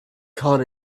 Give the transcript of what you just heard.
caught